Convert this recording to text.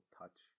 touch